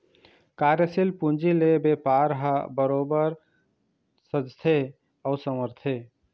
कार्यसील पूंजी ले बेपार ह बरोबर सजथे अउ संवरथे